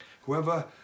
Whoever